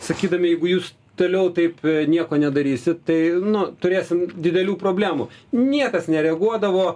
sakydami jeigu jūs toliau taip nieko nedarysit tai nu turėsim didelių problemų niekas nereaguodavo